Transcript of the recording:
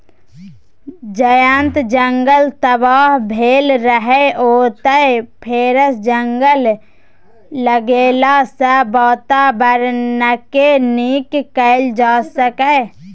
जतय जंगल तबाह भेल रहय ओतय फेरसँ जंगल लगेलाँ सँ बाताबरणकेँ नीक कएल जा सकैए